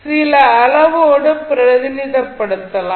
சில அளவோடு பிரதிநிதித்துவப்படுத்தலாம்